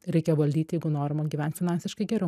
reikia valdyt jeigu norima gyvent finansiškai geriau